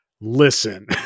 listen